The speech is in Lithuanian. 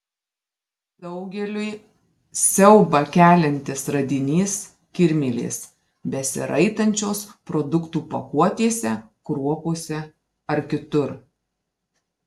daugeliui siaubą keliantis radinys kirmėlės besiraitančios produktų pakuotėse kruopose ar kitur